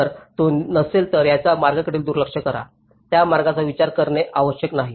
जर तो नसेल तर त्या मार्गाकडे दुर्लक्ष करा त्या मार्गाचा विचार करणे आवश्यक नाही